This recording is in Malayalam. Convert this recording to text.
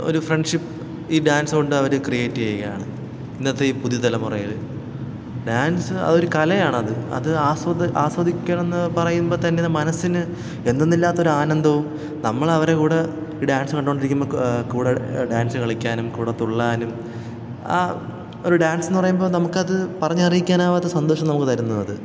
ഒരു ഫ്രണ്ട്ഷിപ്പ് ഈ ഡാൻസ് കൊണ്ടവര് ക്രീയേറ്റെയ്യുകാണ് ഇന്നത്തെ ഈ പുതിയ തലമുറയില് ഡാൻസ് അതൊരു കലയാണത് അത് ആസ്വദിക്കണമെന്ന് പറയുമ്പോള് തന്നെ മനസ്സിന് എന്തന്നില്ലാത്തൊരാനന്ദവും നമ്മളവരുടെ കൂടെ ഈ ഡാൻസ് കണ്ടുകൊണ്ടിരിക്കുമ്പോള് കൂടെ ഡാൻസ് കളിക്കാനും കൂടെ തുള്ളാനും ആ ഒരു ഡാൻസെന്ന് പറയുമ്പോള് നമുക്കത് പറഞ്ഞറിയിക്കാനാവാത്ത സന്തോഷം നമുക്ക് തരുന്നു അത്